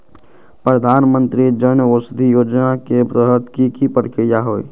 प्रधानमंत्री जन औषधि योजना के तहत की की प्रक्रिया होई?